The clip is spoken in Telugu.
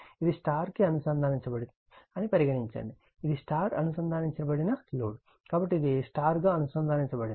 ఇది స్టార్ గా అనుసందానించబడినది అని పరిగణించండి ఇది స్టార్ అనుసందానించబడిన లోడ్ కాబట్టి ఇది స్టార్గా అనుసందానించబడినది